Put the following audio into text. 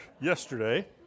yesterday